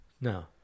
No